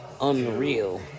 Unreal